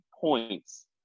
points